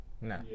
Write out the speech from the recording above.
No